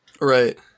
Right